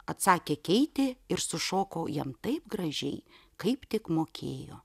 atsakė keitė ir sušoko jam taip gražiai kaip tik mokėjo